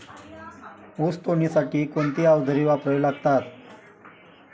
ऊस तोडणीसाठी कोणती अवजारे वापरावी लागतात?